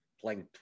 playing